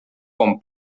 con